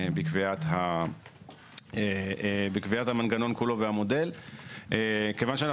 אבל להפוך את זה לסמכות ברשות פוגע לדעתנו במנגנון כולו,